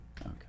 Okay